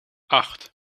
acht